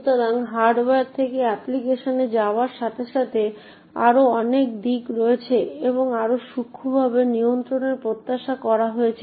সুতরাং হার্ডওয়্যার থেকে অ্যাপ্লিকেশনে যাওয়ার সাথে সাথে আরও অনেক দিক রয়েছে এবং আরও সূক্ষ্মভাবে নিয়ন্ত্রণের প্রত্যাশা করা হয়েছে